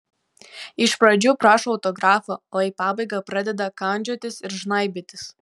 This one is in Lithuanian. iš pradžių prašo autografo o į pabaigą pradeda kandžiotis ir žnaibytis